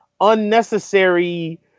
unnecessary